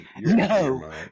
No